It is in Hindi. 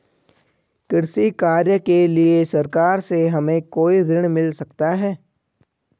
कृषि कार्य के लिए सरकार से हमें कोई ऋण मिल सकता है?